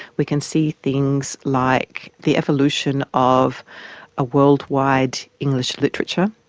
we can see things like the evolution of a worldwide english literature,